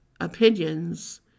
opinions